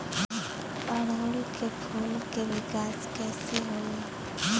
ओड़ुउल के फूल के विकास कैसे होई?